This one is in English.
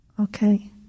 Okay